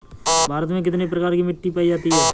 भारत में कितने प्रकार की मिट्टी पाई जाती है?